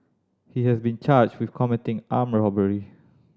he has been charged with committing armed robbery